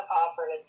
offered